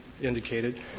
indicated